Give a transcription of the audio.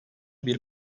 bir